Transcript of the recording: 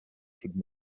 should